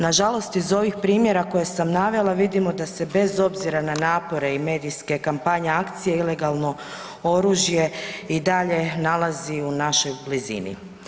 Na žalost iz ovih primjera koje sam navela vidimo da se bez obzira na napore i medijske kampanje, akcije, ilegalno oružje i dalje nalazi u našoj blizini.